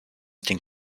ding